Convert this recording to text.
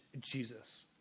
Jesus